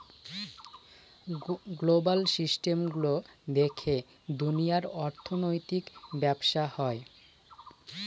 global system গুলো দেখে দুনিয়ার অর্থনৈতিক ব্যবসা হয়